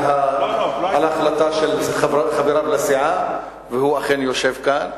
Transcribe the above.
ההחלטה של חבריו לסיעה והוא אכן יושב כאן.